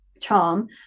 charm